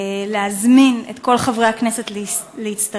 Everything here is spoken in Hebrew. להזמין את כל חברי הכנסת להצטרף.